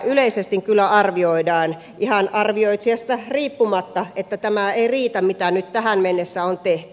yleisesti kyllä arvioidaan ihan arvioitsijasta riippumatta että tämä ei riitä mitä nyt tähän mennessä on tehty